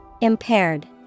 Impaired